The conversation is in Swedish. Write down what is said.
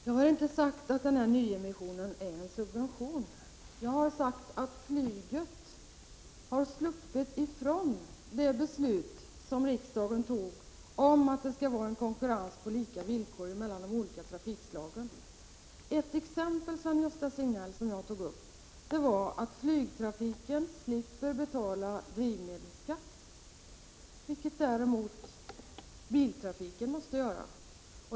Herr talman! Jag har inte sagt att nyemissionen är en subvention. Jag har sagt att flyget har sluppit ifrån det beslut som riksdagen fattade om att det skall förekomma konkurrens på lika villkor mellan de olika trafikslagen. Ett exempel som jag gav var att flygtrafiken slipper betala drivmedelsskatt, vilket däremot biltrafiken måste göra.